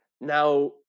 Now